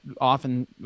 often